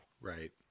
right